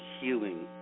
healing